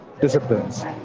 disciplines